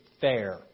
fair